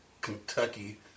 Kentucky